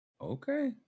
Okay